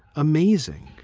amazing?